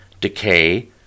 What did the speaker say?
decay